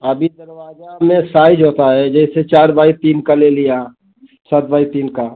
अभी दरवाजा में साइज़ होता है जैसे चार बाई तीन का ले लिया सात बाई तीन का